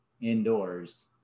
indoors